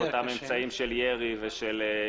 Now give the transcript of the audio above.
האשכול באותם אמצעים של ירי ואיומים.